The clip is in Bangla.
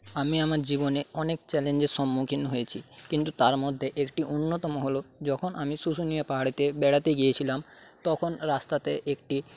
আমি আমার জীবনে অনেক চ্যালেঞ্জের সম্মুখীন হয়েছি কিন্তু তার মধ্যে একটি অন্যতম হল যখন আমি শুশুনিয়া পাহাড়েতে বেড়াতে গিয়েছিলাম তখন রাস্তাতে একটি